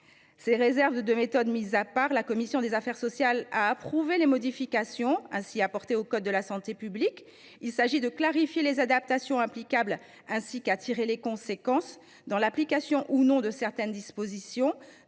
Ces réserves de méthode mises à part, la commission des affaires sociales a approuvé les modifications ainsi apportées au code de la santé publique. Il s’agit de clarifier les adaptations applicables et de tirer les conséquences, dans l’application ou non de certaines dispositions,